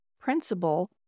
principal